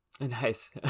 Nice